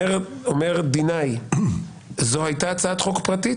אומר דינאי: זאת הייתה הצעת חוק פרטית,